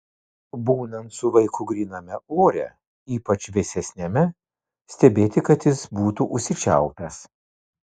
būnant su vaiku gryname ore ypač vėsesniame stebėti kad jis būtų užsičiaupęs